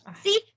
See